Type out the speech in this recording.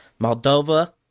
Moldova